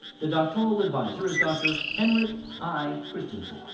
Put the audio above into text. the doctoral advisor is dr. henrik i. christensen.